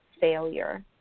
failure